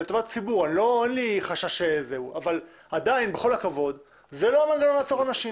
זה לטובת הציבור אבל עדיין בכל הכבוד זה לא המנגנון לעצור אנשים